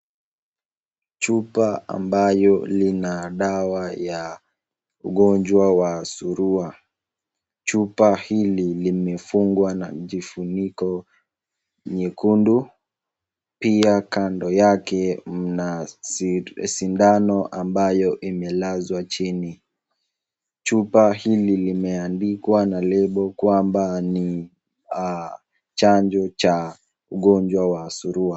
Chupa ambayo lina dawa ya ugonjwa wa surua. Chupa hili limefungwa na kifuniko nyekundu. Pia kando yake mna sindano ambayo imelazwa chini. Chupa hili limeandikwa na lebo kwamba ni chanjo cha ugonjwa wa surua.